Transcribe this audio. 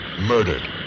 Murdered